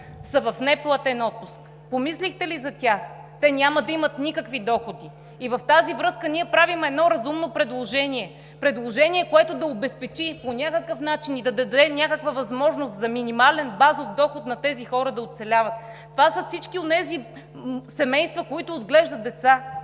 са в неплатен отпуск. Помислихте ли за тях? Те няма да имат никакви доходи. И в тази връзка ние правим едно разумно предложение, предложение, което да обезпечи по някакъв начин и да даде някаква възможност за минимален базов доход на тези хора да оцеляват. Това са всички онези семейства, които отглеждат деца.